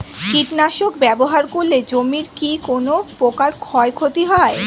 কীটনাশক ব্যাবহার করলে জমির কী কোন প্রকার ক্ষয় ক্ষতি হয়?